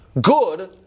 good